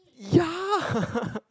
ya